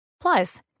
Plus